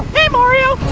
hey mario!